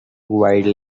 wide